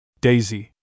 Daisy